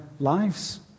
Lives